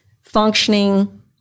functioning